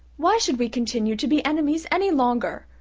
why should we continue to be enemies any longer?